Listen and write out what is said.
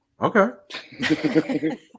Okay